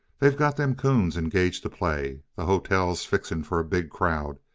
they've got them coons engaged to play. the hotel's fixing for a big crowd,